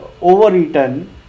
overeaten